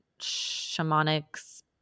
shamanics